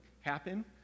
happen